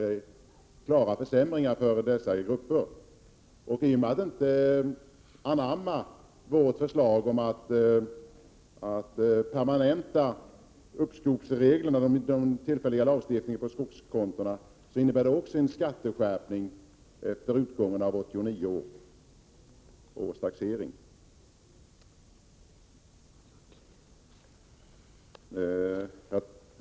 Vill man inte anamma vårt förslag att permanenta den tillfälliga lagstiftningen när det gäller skogskontona innebär det också en skatteskärpning efter 1989 års taxering.